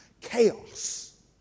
chaos